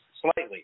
slightly